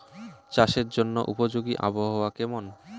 চাষের জন্য উপযোগী আবহাওয়া কেমন?